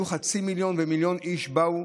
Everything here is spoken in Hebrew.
חצי מיליון ומיליון איש באו,